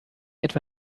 etwa